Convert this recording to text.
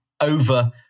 over